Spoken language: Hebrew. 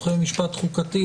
מומחה למשפט חוקתי.